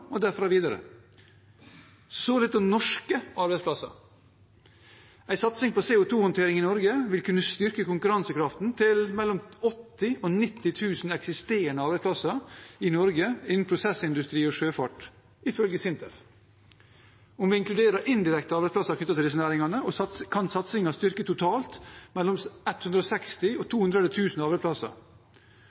og derfra videre. Så litt om norske arbeidsplasser. En satsing på CO 2 -håndtering i Norge vil kunne styrke konkurransekraften til mellom 80 000 og 90 000 eksisterende arbeidsplasser i Norge innen prosessindustri og sjøfart, ifølge SINTEF. Om vi inkluderer indirekte arbeidsplasser knyttet til disse næringene, kan satsingen styrke totalt mellom 160 000 og 200 000 arbeidsplasser.